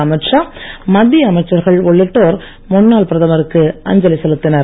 அமீத் ஷா மத்திய அமைச்சர்கள் உள்ளிட்டோர் முன்னாள் பிரதமருக்கு அஞ்சலி செலுத்தினர்